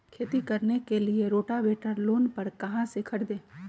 खेती करने के लिए रोटावेटर लोन पर कहाँ से खरीदे?